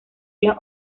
las